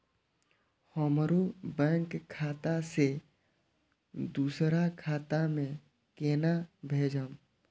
हमरो बैंक खाता से दुसरा खाता में केना भेजम?